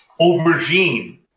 aubergine